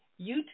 YouTube